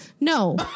No